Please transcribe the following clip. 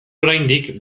oraindik